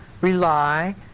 rely